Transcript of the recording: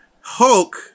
Hulk